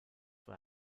wohl